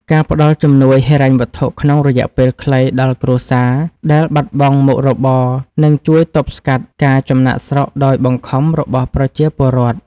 ការផ្តល់ជំនួយហិរញ្ញវត្ថុក្នុងរយៈពេលខ្លីដល់គ្រួសារដែលបាត់បង់មុខរបរនឹងជួយទប់ស្កាត់ការចំណាកស្រុកដោយបង្ខំរបស់ប្រជាពលរដ្ឋ។